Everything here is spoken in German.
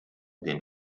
den